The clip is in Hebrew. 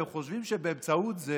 והם חושבים שבאמצעות זה